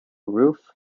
roof